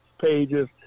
pages